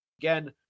Again